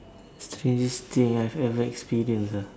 strangest thing I have ever experience ah